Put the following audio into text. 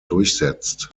durchsetzt